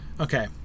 Okay